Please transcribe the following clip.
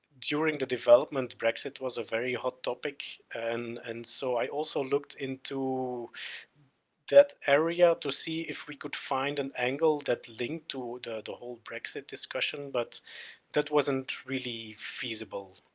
during the development brexit was a very hot topic and, and so i also looked into that area to see if we could find an angle that linked to the whole brexit discussion but that wasn't really feasible,